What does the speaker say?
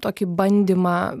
tokį bandymą